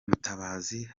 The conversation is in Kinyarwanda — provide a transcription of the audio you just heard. mutabazi